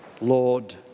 Lord